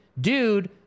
dude